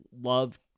love